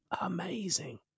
amazing